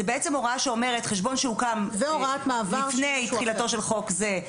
זה בעצם הוראה שאומרת: שחשבון שהוקם לפני תחילתו של חוק זה,